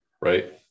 right